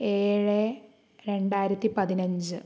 ഏഴ് രണ്ടായിരത്തിപ്പതിനഞ്ച്